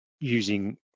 using